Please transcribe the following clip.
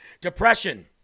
Depression